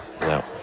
No